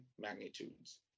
magnitudes